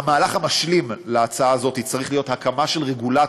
המהלך המשלים להצעה הזאת צריך להיות הקמה של רגולטור,